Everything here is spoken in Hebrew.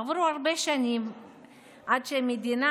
עברו הרבה שנים עד שבמדינה